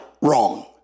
wrong